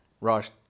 Raj